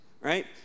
right